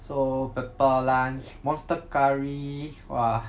so pepper lunch monster curry !wah!